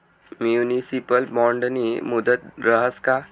Municipal बॉन्डनी मुदत रहास का?